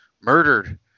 murdered